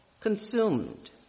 consumed